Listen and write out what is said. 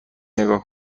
نگاه